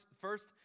first